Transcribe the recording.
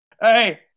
Hey